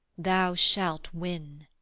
thou shalt win